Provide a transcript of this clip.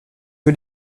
que